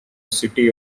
city